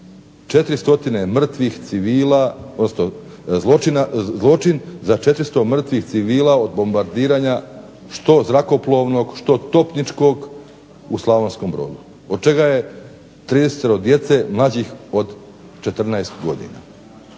mrtvih civila, zločin za 400 mrtvih civila od bombardiranja što zrakoplovnog, što topničkog u Slavonskom Brodu, od čega je 30-ero djece mlađih od 14 godina.